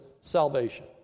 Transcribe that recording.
salvation